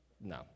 No